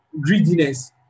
greediness